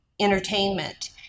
Entertainment